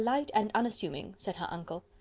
like and unassuming, said her uncle.